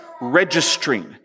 registering